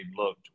looked